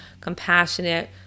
compassionate